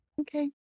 okay